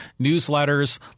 newsletters